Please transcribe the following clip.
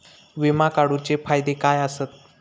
विमा काढूचे फायदे काय आसत?